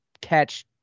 catch